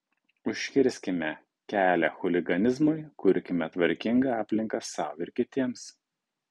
užkirskime kelią chuliganizmui kurkime tvarkingą aplinką sau ir kitiems